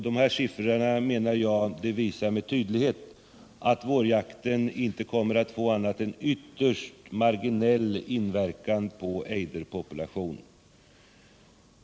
De siffrorna, menar jag, visar tydligt att vårjakten inte kommer att ge annat än en ytterst marginell påverkan på ejderpopulationen.